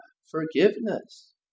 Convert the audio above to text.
Forgiveness